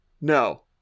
No